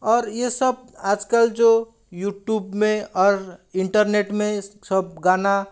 और ये सब आजकल जो यूट्यूब में और इंटरनेट में सब गाना